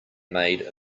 made